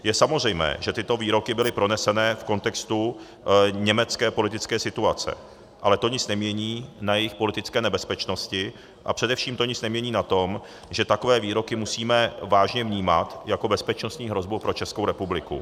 Je samozřejmé, že tyto výroky byly proneseny v kontextu německé politické situace, ale to nic nemění na jejich politické nebezpečnosti a především to nic nemění na tom, že takové výroky musíme vážně vnímat jako bezpečnostní hrozbu pro Českou republiku.